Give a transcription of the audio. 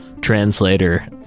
translator